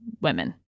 women